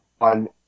on